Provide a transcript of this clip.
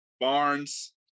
Barnes